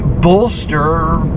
Bolster